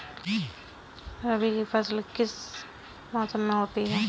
रबी की फसल किस मौसम में होती है?